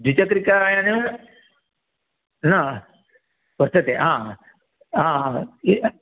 द्विचक्रिकायानं ह वर्तते आह् आह्